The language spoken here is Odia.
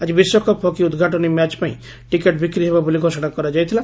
ଆକି ବିଶ୍ୱକପ୍ ହକି ଉଦ୍ଘାଟନୀ ମ୍ୟାଚ୍ ପାଇଁ ଟିକେଟ୍ ବିକ୍ରି ହେବ ବୋଲି ଘୋଷଣା କରାଯାଇଥିଲା